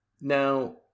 Now